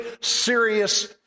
serious